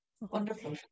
Wonderful